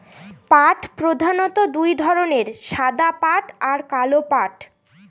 পাট প্রধানত দু ধরনের সাদা পাট আর কালো পাট